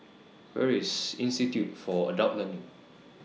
Where IS Institute For Adult Learning